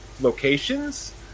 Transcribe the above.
locations